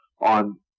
on